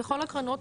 וכל הקרנות,